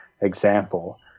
example